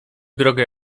drogę